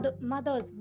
mother's